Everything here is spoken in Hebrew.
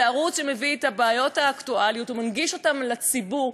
זה ערוץ שמביא את הבעיות האקטואליות ומנגיש אותן לציבור.